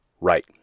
right